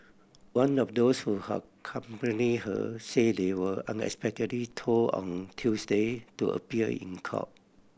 one of those who accompany her say they were unexpectedly told on Tuesday to appear in court